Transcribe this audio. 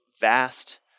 vast